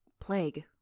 Plague